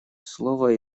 слово